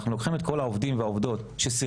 אנחנו לוקחים את כל העובדים והעובדות שסירבנו